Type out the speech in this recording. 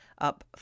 up